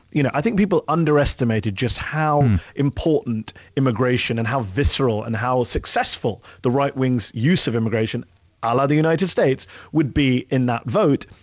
you know i think people underestimated just how important immigration, and how visceral, and how successful the right-wing's use of immigration a ah la the united states would be in that vote.